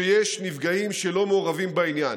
לכך שיש נפגעים שלא מעורבים בעניין.